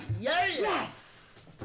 yes